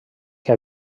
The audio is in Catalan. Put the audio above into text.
que